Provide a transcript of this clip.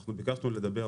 אנחנו ביקשנו לדבר,